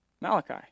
Malachi